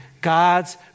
God's